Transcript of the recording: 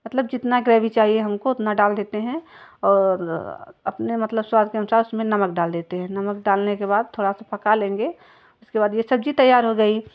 मतलब जितना ग्रवी चाहिए हमको उतना डाल देते हैं और अपने मतलब स्वाद के अनुसार उसमें नमक डाल देते हैं नमक डालने के बाद थोड़ा सा पका लेंगे उसके बाद यह सब्ज़ी तैयार हो गई